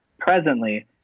presently